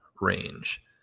range